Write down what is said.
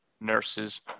nurses